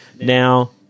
now